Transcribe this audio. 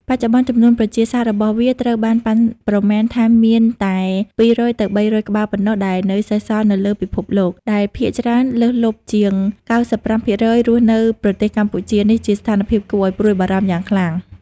បច្ចុប្បន្ន ចំនួនប្រជាសាស្ត្ររបស់វាត្រូវបានប៉ាន់ប្រមាណថាមានតែ ២០០ ទៅ ៣០០ ក្បាល ប៉ុណ្ណោះដែលនៅសេសសល់នៅលើពិភពលោក ដែលភាគច្រើនលើសលប់ ជាង ៩៥% រស់នៅប្រទេសកម្ពុជា នេះជាស្ថានភាពគួរឲ្យព្រួយបារម្ភយ៉ាងខ្លាំង។